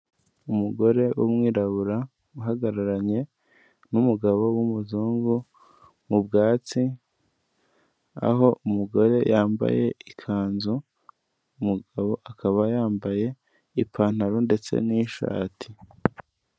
Umugore w'umwirabura uhagararanye n'umugabo w'umuzungu mu bwatsi, aho umugore yambaye ikanzu umugabo akaba yambaye ipantaro ndetse n'ishati.